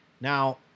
now